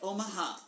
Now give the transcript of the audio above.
Omaha